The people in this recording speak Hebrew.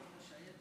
בבקשה,